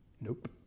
Nope